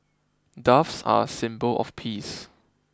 doves are a symbol of peace